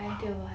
!wow!